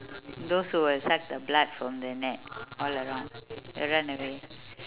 those who will suck the blood from the neck all around you'll run away